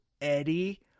Eddie